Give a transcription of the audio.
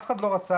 אף אחד לא רצה.